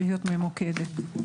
להיות ממוקדת.